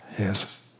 Yes